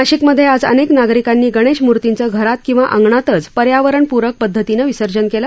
नाशिकमध्ये आज अनेक नागरिकांनी गणेशमूर्तीचं घरात किंवा अंगणातच पर्यावरणप्रक पद्धतीनं विसर्जन केलं